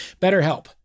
BetterHelp